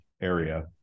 area